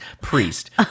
Priest